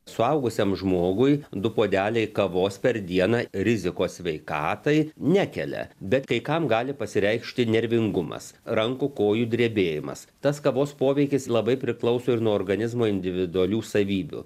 suaugusiam žmogui du puodeliai kavos per dieną rizikos sveikatai nekelia bet kai kam gali pasireikšti nervingumas rankų kojų drebėjimas tas kavos poveikis labai priklauso ir nuo organizmo individualių savybių